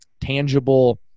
tangible